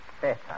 Better